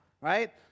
right